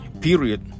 period